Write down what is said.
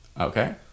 Okay